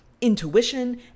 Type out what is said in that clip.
intuition